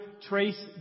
trace